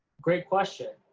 great question.